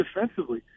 defensively